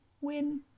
win